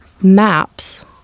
maps